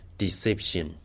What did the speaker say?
deception